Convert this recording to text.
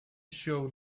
show